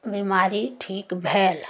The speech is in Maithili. बेमारी ठीक भेल